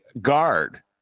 guard